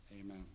Amen